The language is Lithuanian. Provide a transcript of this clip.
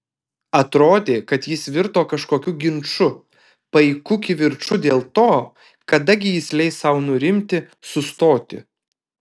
atrodė kad jis virto kažkokiu ginču paiku kivirču dėl to kada gi jis leis sau nurimti sustoti